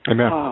Amen